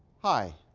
hi,